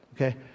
Okay